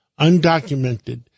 undocumented